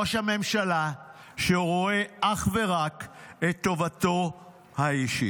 ראש ממשלה שרואה אך ורק את טובתו האישית.